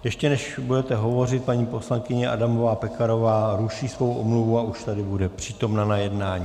Ještě než budete hovořit, paní poslankyně Adamová Pekarová ruší svou omluvu a už tady bude přítomna na jednání.